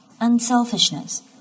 Unselfishness